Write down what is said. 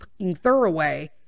thoroughway